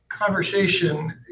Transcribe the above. Conversation